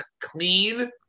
clean